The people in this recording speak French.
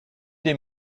des